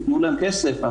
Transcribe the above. תנו להם כסף,